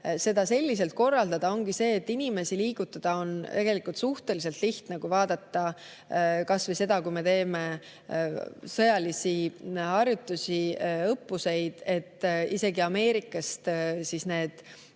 seda selliselt korraldada on selles, et inimesi liigutada on tegelikult suhteliselt lihtne. Kui vaadata kas või seda, kui me teeme sõjalisi harjutusi, õppuseid, siis näeme, et isegi